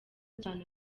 cyane